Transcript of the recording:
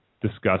discuss